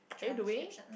are you doing